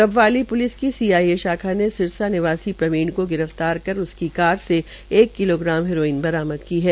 Dabwali police की CIA शाखा ने सिरसा निवासी प्रवीण गिर फ्तार कर उसकी कार से एक किलोग्राम हेरोइन बरामद की है